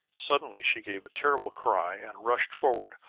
suddenly she gave a terrible cry and rushed forward,